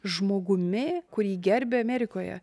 žmogumi kurį gerbia amerikoje